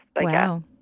Wow